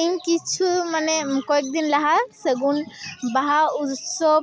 ᱤᱧ ᱠᱤᱪᱷᱩ ᱢᱟᱱᱮ ᱠᱚᱭᱮᱠᱫᱤᱱ ᱞᱟᱦᱟ ᱥᱟᱹᱜᱩᱱ ᱵᱟᱦᱟ ᱩᱛᱥᱚᱵᱽ